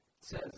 says